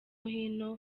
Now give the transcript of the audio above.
hino